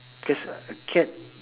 because a cat